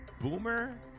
Boomer